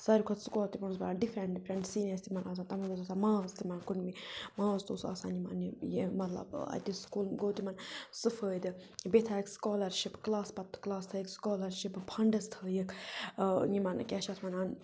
ساروی کھۄتہٕ سکوٗل تِمَن اوس بڑان ڈِفرَنٛٹ ڈِفرَنٛٹ سیٖنِیرَس تِمَن آسان تَتھ مَنٛز اوس آسان ماز تِمَن کُنمٕتۍ ماز تہِ اوس آسان یِمَن یہِ مطلب اَتہِ سکوٗلَن گوٚو تِمَن سُہ فٲیِدٕ بیٚیہِ تھٲیِکھ سکالَرشِپ کٕلاس پَتہٕ کٕلاس تھٲیِکھ سکالَرشِپ فَنٛڈَس تھٲیِکھ یِمَن کیٛاہ چھِ اَتھ وَنان